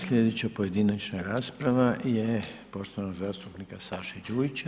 Sljedeća pojedinačna rasprava je poštovanog zastupnika Saše Đujića.